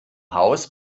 haus